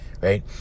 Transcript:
right